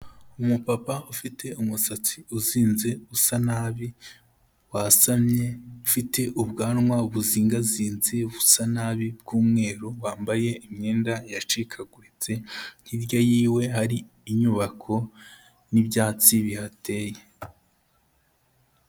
Umupapa ufite umusatsi uzinze usa nabi wasamye, ufite ubwanwa buzingazinze busa nabi bw'umweru, wambaye imyenda yacikaguritse, hirya yiwe hari inyubako n'ibyatsi bihateye.